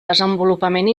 desenvolupament